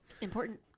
Important